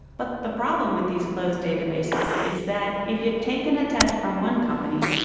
but the problem with these closed databases is that if you've taken a test from one company,